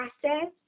process